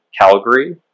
Calgary